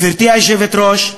גברתי היושבת-ראש,